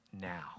now